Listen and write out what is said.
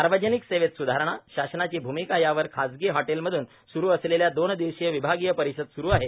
सार्वजनिक सेवेत सुधारणा शासनाची भूमिका यावर खासगी हॉटेल मध्ये सुरू असलेल्या दोन दिवसीय विभागीय परिषद सुरु आहे